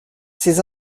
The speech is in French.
ses